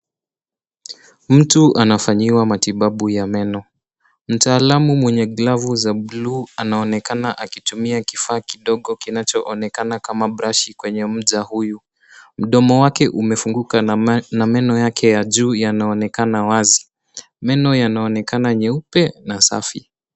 Mtu anafanyiwa matibabu ya meno mtaalamu mwenye glovu za buluu anaoenekana akitumia kifaa kidogo kinachoonekana kama brashi kwenye mja huyu mdomo wake umefunguka na meno yake ya juu yanaonekana wazi meno yanaonekana meupe na safi.